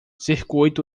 circuito